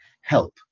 help